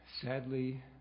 Sadly